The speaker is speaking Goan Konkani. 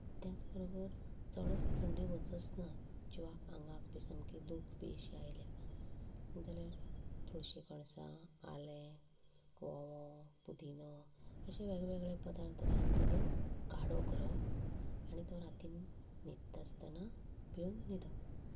त्याच बरोबर चडच थंडी वचच ना जिवाक आंगाक बी सामकी दूख बी अशी आयल्या जाल्यार तुळशी कणसां आलें वोंवो पुदिनो अशे वेगवेगळे प्रदार्थ घालून ताचो काडो करप आनी तो राती न्हिदता आसतना पिवन न्हिदप